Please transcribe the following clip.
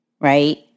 right